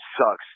sucks